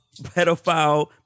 pedophile